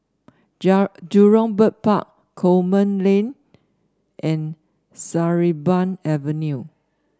Jurong Bird Park Coleman Lane and Sarimbun Avenue